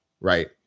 right